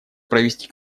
провести